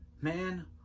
man